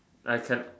I cannot